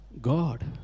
god